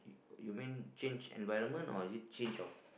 you mean change environment or is it change of